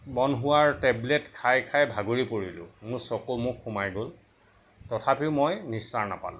বন্ধ হোৱাৰ টেবলট খাই খাই ভাগৰি পৰিলোঁ মোৰ চকু মুখ সোমাই গ'ল তথাপি মই নিষ্ঠাৰ নাপালোঁ